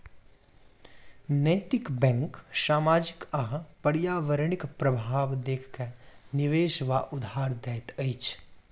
नैतिक बैंक सामाजिक आ पर्यावरणिक प्रभाव देख के निवेश वा उधार दैत अछि